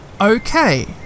Okay